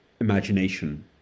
imagination